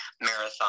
marathon